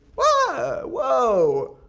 whoa, whoa.